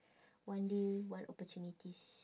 one day one opportunities